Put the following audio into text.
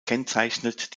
kennzeichnet